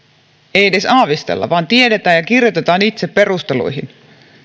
ei edes aavistella vaan tiedetään ja kirjoitetaan itse perusteluihin